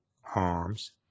harms